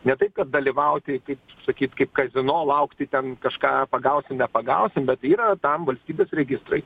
ne taip kad dalyvauti kaip sakyt kaip kazino laukti ten kažką pagausim nepagausim bet yra tam valstybės registrai